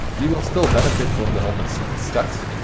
you will still benefit from the helmet stats,